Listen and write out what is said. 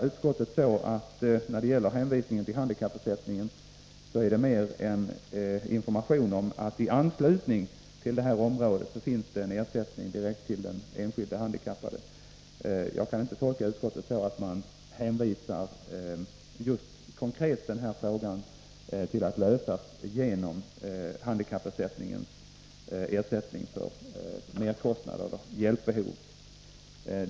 Utskottets hänvisning till handikappersättningen vill jag tolka mer som en information om att det i anslutning till det här området finns möjlighet till ersättning direkt till den enskilde handikappade. Jag kan inte tolka utskottets skrivning så att man hänvisar just den här frågan till att konkret lösas genom handikappersättningens möjligheter att svara för merkostnader och hjälpbehov.